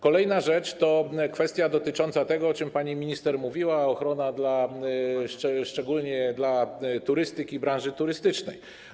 Kolejna rzecz to kwestia dotycząca tego, o czym pani minister mówiła, czyli ochrony, szczególnie turystyki, branży turystycznej.